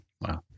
Wow